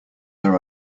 there